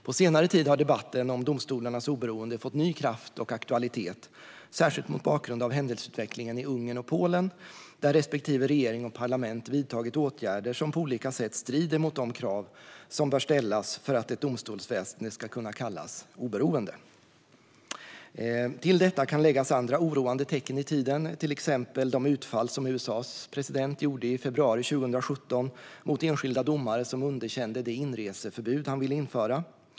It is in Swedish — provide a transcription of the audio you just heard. På senare tid har debatten om domstolarnas oberoende fått ny kraft och aktualitet, särskilt mot bakgrund av händelseutvecklingen i Ungern och Polen, där respektive regering och parlament vidtagit åtgärder som på olika sätt strider mot de krav som bör ställas för att ett domstolsväsen ska kunna kallas oberoende. Till detta kan läggas andra oroande tecken i tiden, till exempel de utfall som USA:s president gjorde i februari 2017 mot enskilda domare som underkände det inreseförbud han ville införa.